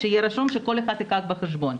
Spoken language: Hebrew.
שכל אחד ייקח את זה בחשבון.